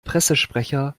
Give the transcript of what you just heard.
pressesprecher